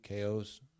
KOs